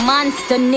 Monster